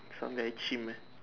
some very chim